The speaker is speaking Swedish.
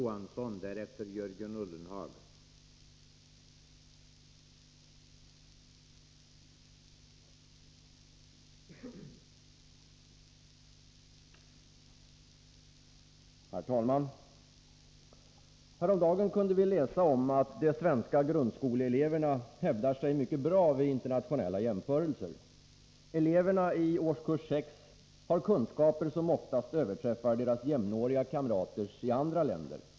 Häromdagen kunde vi läsa om att de svenska grundskoleeleverna hävdar sig mycket bra vid internationella jämförelser. Eleverna i årskurs 6 har kunskaper som oftast överträffar deras jämnåriga kamraters i andra länder.